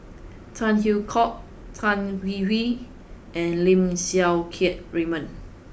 Tan Hwee Hock Tan Hwee Hwee and Lim Siang Keat Raymond